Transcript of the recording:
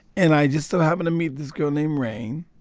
and i just so happened to meet this girl named rain.